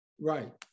Right